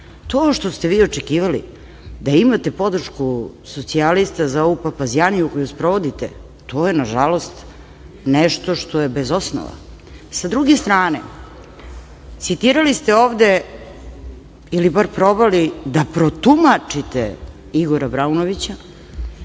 To što ste vi očekivali da imate podršku socijalista za ovu papazjaniju koju sprovodite, to je, nažalost, nešto što je bez osnova. Sa druge strane, citirali ste ovde ili bar probali da protumačite Igora Braunovića,